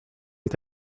est